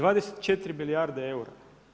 24 milijarde eura.